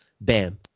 Bam